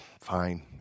fine